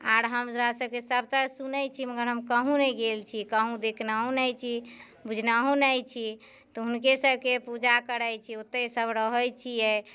आओर हमरा सभके सभतरि सुनै छियै मगर हम कहुँ नहि गेल छियै कहुँ देखनहुँ नहि छियै बुझनहुँ नहि छियै तऽ हुनके सभके पूजा करै छियै ओतै सभ रहै छियै